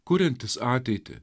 kuriantis ateitį